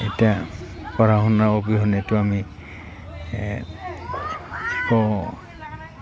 এতিয়া পঢ়া শুনা অবিহনেটো আমি একো